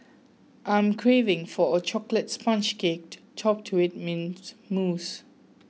I am craving for a Chocolate Sponge Cake topped to it Mint Mousse